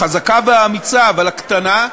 החזקה והאמיצה, אבל הקטנה,